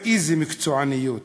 איזו מקצועיות.